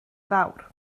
fawr